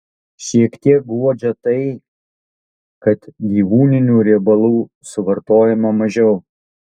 šiek tiek guodžia tai kad gyvūninių riebalų suvartojama mažiau